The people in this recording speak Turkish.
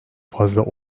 fazla